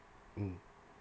mm